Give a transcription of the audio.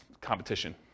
competition